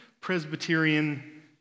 Presbyterian